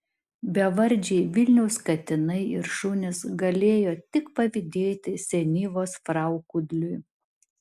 bevardžiai vilniaus katinai ir šunys galėjo tik pavydėti senyvos frau kudliui